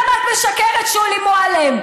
למה את משקרת, שולי מועלם?